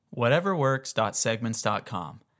WhateverWorks.Segments.com